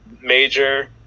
major